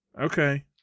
Okay